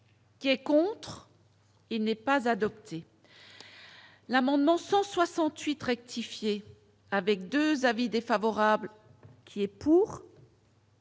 Qui est contre, il n'est pas adoptée. L'amendement 168 rectifier avec 2 avis défavorables qui est pour.